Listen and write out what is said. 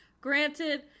granted